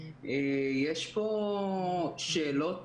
יש פה שאלות